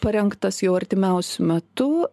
parengtas jau artimiausiu metu